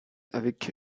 avec